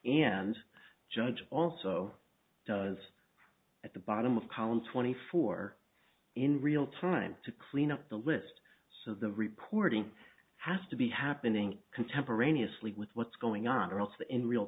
and judge also does at the bottom of column twenty four in real time to clean up the list so the reporting has to be happening contemporaneously with what's going on or else in real